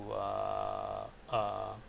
to err uh